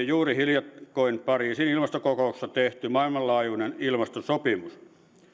juuri hiljakkoin pariisin ilmastokokouksessa tehty maailmanlaajuinen ilmastosopimus